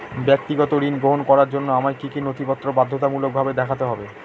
ব্যক্তিগত ঋণ গ্রহণ করার জন্য আমায় কি কী নথিপত্র বাধ্যতামূলকভাবে দেখাতে হবে?